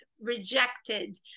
rejected